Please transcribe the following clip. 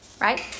right